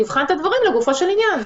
שיבחנו את הדברים לגופו של עניין.